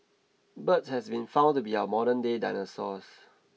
birds has been found to be our modernday dinosaurs